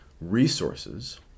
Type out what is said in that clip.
resources